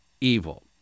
evil